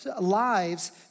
lives